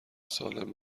سالم